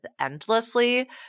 endlessly